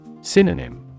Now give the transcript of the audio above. Synonym